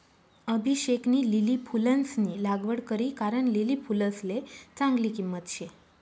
अभिषेकनी लिली फुलंसनी लागवड करी कारण लिली फुलसले चांगली किंमत शे